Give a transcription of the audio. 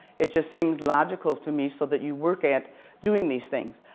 it just seems logical to me so that you work at doing these things.